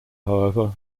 however